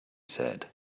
said